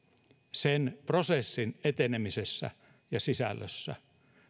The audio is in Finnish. sen prosessin etenemisessä ja sisällössä